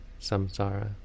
samsara